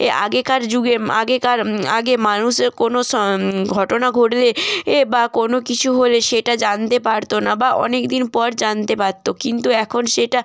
আগেকার যুগে আগেকার আগে মানুষের কোনো স ঘটনা ঘটলে এ বা কোনো কিছু হলে সেটা জানতে পারতো না বা অনেক দিন পর জানতে পারত কিন্তু এখন সেটা